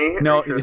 No